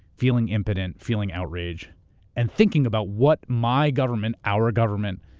feeling impotent, feeling outrage and thinking about what my government, our government,